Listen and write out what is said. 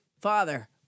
Father